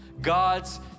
God's